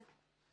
אני מתנצלת.